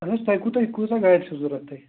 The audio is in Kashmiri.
اَہَن حظ تۄہہِ کوٗتاہ کۭژاہ گاڑِ چھُو ضروٗرت تۄہہِ